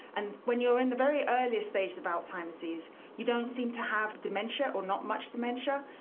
and when you are in the very earliest stage of alzheimer's disease you don't seem to have dementia or not much dementia,